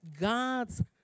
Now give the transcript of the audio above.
God's